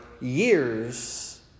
years